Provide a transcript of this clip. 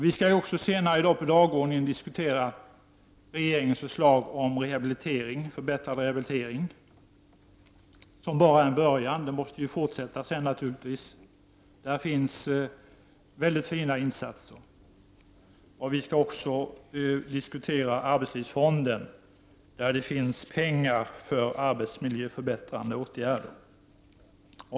Vi skall också senare i dag, enligt dagordningen, diskutera regeringens förslag om förbättrad rehabilitering. Den är bara en början, den måste naturligtvis fortsätta sedan. Där finns mycket fina insatser. Vi skall också diskutera arbetslivsfonden, där det finns pengar för arbetsmiljöförbättrande åtgärder.